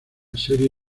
serie